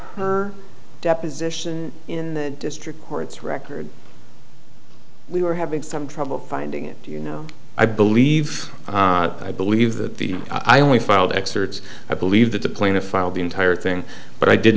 her deposition in the district court's record we were having some trouble finding it you know i believe i believe that the i only filed excerpts i believe that the plaintiff filed the entire thing but i did